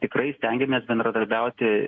tikrai stenėamės bendradarbiauti